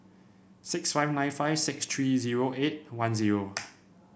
six five nine five six three zero eight one zero